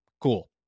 Cool